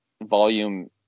volume